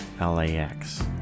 LAX